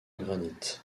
granite